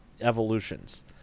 evolutions